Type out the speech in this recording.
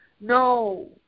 no